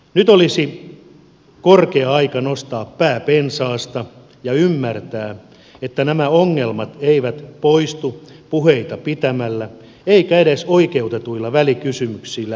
nyt olisi korkea aika nostaa pää pensaasta ja ymmärtää että nämä ongelmat eivät poistu puheita pitämällä eivätkä edes oikeutetuilla välikysymyksillä välikysymyksiä tekemällä